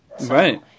Right